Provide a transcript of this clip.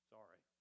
Sorry